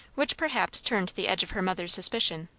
which perhaps turned the edge of her mother's suspicion.